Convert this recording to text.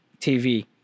TV